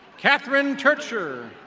catherine turcher.